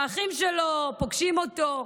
שהאחים שלו פוגשים אותו,